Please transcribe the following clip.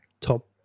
top